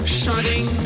shutting